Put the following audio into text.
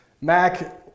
Mac